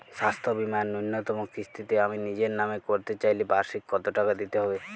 স্বাস্থ্য বীমার ন্যুনতম কিস্তিতে আমি নিজের নামে করতে চাইলে বার্ষিক কত টাকা দিতে হবে?